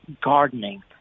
gardening